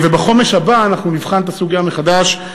ובחומש הבא אנחנו נבחן את הסוגיה מחדש,